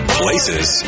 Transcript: places